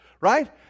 Right